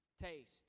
taste